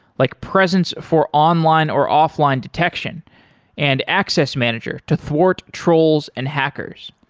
like presence for online or offline detection and access manager to thwart trolls and hackers.